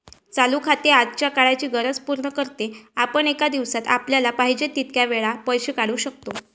चालू खाते आजच्या काळाची गरज पूर्ण करते, आपण एका दिवसात आपल्याला पाहिजे तितक्या वेळा पैसे काढू शकतो